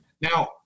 Now